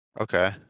Okay